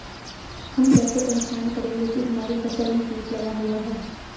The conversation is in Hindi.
हम कैसे पहचान करेंगे की हमारी फसल में कीट लगा हुआ है?